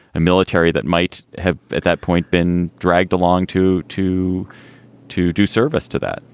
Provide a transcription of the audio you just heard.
a military that might have at that point been dragged along to to to do service to that.